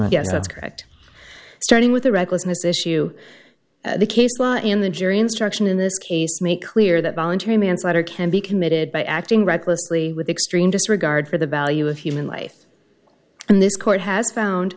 that's correct starting with the recklessness issue the case law in the jury instruction in this case make clear that voluntary manslaughter can be committed by acting recklessly with extreme disregard for the value of human life and this court has found